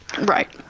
Right